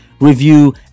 review